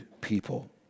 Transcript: people